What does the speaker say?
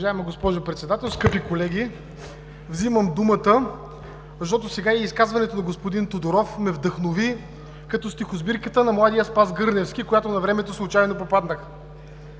Уважаема госпожо председател, скъпи колеги! Взимам думата, защото сега и изказването на господин Тодоров ме вдъхнови като стихосбирката на младия Спас Гърневски, на която навремето случайно попаднах.